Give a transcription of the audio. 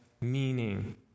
meaning